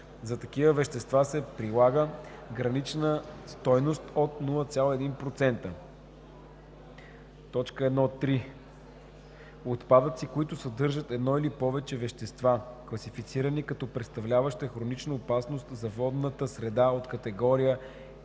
За такива вещества се прилага гранична стойност от 0,1%. Щ с (Н400) > 25 %]. 1.3. Отпадъци, които съдържат едно или повече вещества, класифицирани като представляващи хронична опасност за водната среда от категории